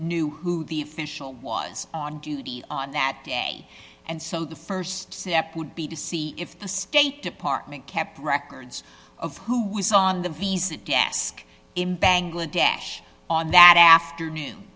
knew who the official was on that and so the st step would be to see if the state department kept records of who was on the visa desk in bangladesh on that afternoon